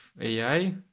AI